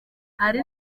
hari